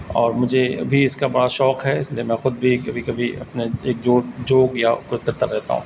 اور مجھے ابھی اس کا بڑا شوق ہے اس لیے میں خود بھی کبھی کبھی اپنے ایک جوک جوک یا کوئی کرتا رہتا ہوں